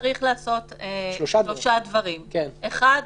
צריך לעשות שלושה דברים: דבר אחד,